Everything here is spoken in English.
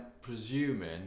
presuming